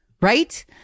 Right